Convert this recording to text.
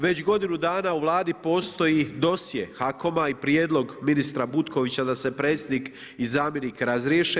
Već godinu dana u Vladi postoji dosjee HAKOM-a i prijedlog ministra Butkovića, da se predsjednik i zamjenik razriješe.